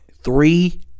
Three